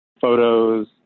Photos